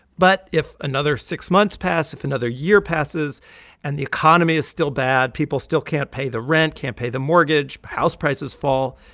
but if another six months pass if another year passes and the economy is still bad, people still can't pay the rent, can't pay the mortgage, house prices fall,